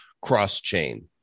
cross-chain